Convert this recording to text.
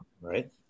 right